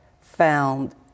found